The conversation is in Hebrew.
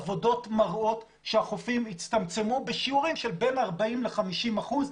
עבודות מראות שהחופים הצטמצמו בשיעורים של בין 40 ל-50 אחוזים,